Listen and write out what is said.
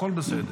הכול בסדר.